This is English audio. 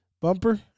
Bumper